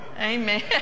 Amen